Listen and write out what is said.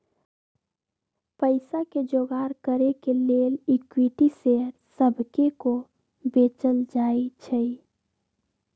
पईसा के जोगार करे के लेल इक्विटी शेयर सभके को बेचल जाइ छइ